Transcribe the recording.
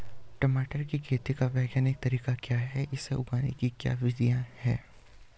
टमाटर की खेती का वैज्ञानिक तरीका क्या है इसे उगाने की क्या विधियाँ हैं?